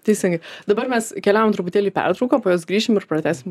teisingai dabar mes keliaujam truputėlį į pertrauką po jos grįšim ir pratęsim